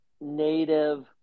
native